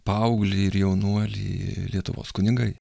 paauglį ir jaunuolį lietuvos kunigai